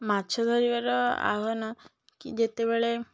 ମାଛ ଧରିବାର ଆହ୍ୱାନ କି ଯେତେବେଳେ